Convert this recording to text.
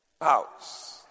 house